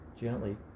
gently